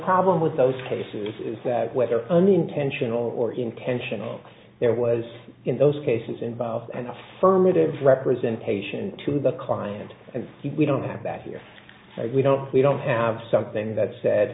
problem with those cases is that whether unintentional or intentional it was in those cases involve an affirmative representation to the client and we don't have that here we don't we don't have something that